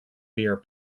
beer